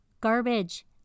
Garbage